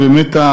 ובאמת,